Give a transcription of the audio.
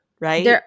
right